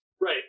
Right